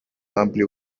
amplio